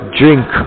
drink